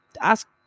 ask